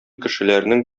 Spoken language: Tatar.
кешеләрнең